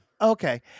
Okay